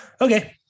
Okay